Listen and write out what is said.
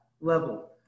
level